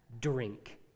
drink